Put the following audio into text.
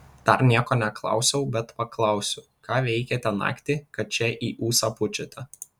dar nieko neklausiau bet paklausiu ką veikėte naktį kad čia į ūsą pučiate